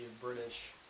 british